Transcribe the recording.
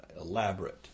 elaborate